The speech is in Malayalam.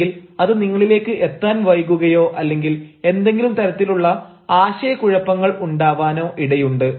അല്ലെങ്കിൽ അത് നിങ്ങളിലേക്ക് എത്താൻ വൈകുകയോ അല്ലെങ്കിൽ എന്തെങ്കിലും തരത്തിലുള്ള ആശയക്കുഴപ്പങ്ങൾ ഉണ്ടാവാനോ ഇടയുണ്ട്